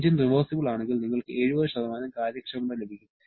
engine reversible ആണെങ്കിൽ നിങ്ങൾക്ക് 70 കാര്യക്ഷമത ലഭിക്കും